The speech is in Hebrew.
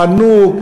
החנוק,